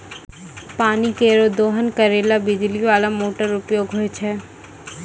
पानी केरो दोहन करै ल बिजली बाला मोटर क उपयोग होय छै